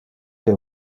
que